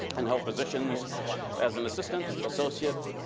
and held positions as an assistant, associate,